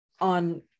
on